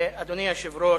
אדוני היושב-ראש,